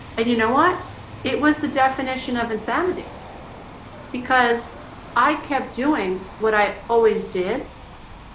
i do you know what it was the definition of insanity because i kept doing what i always did